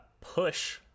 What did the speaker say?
push